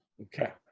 Okay